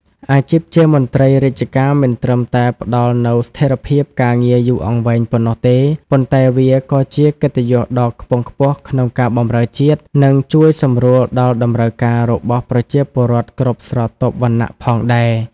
អាជីពជាមន្ត្រីរាជការមិនត្រឹមតែផ្តល់នូវស្ថិរភាពការងារយូរអង្វែងប៉ុណ្ណោះទេ ប៉ុន្តែវាក៏ជាកិត្តិយសដ៏ខ្ពង់ខ្ពស់ក្នុងការបម្រើជាតិ និងជួយសម្រួលដល់តម្រូវការរបស់ប្រជាពលរដ្ឋគ្រប់ស្រទាប់វណ្ណៈផងដែរ។